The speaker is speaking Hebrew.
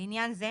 לעניין זה,